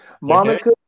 Monica